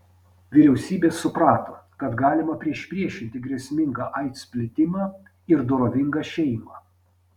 vyriausybės suprato kad galima priešpriešinti grėsmingą aids plitimą ir dorovingą šeimą